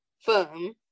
firm